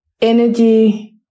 energy